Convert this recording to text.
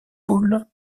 poule